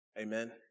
Amen